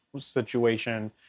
situation